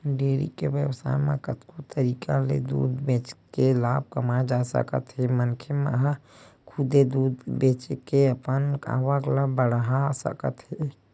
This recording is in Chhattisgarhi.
डेयरी के बेवसाय म कतको तरीका ले दूद बेचके लाभ कमाए जा सकत हे मनखे ह खुदे दूद बेचे के अपन आवक ल बड़हा सकत हे